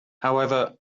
however